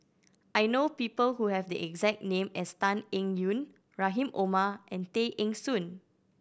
I know people who have the exact name as Tan Eng Yoon Rahim Omar and Tay Eng Soon